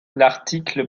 l’article